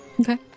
Okay